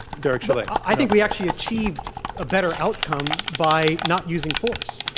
derek chollet. i think we actually achieved a better outcome by not using force.